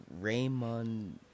Raymond